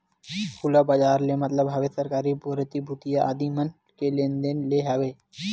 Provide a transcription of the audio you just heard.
खुला बजार ले मतलब हवय सरकारी प्रतिभूतिया आदि मन के लेन देन ले हवय